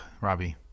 Robbie